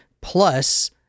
plus